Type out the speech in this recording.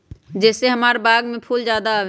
जे से हमार बाग में फुल ज्यादा आवे?